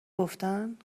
گفتن